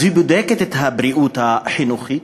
אז הם בודקים את הבריאות החינוכית,